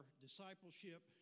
discipleship